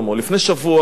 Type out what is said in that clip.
לפני שבוע,